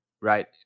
right